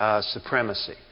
supremacy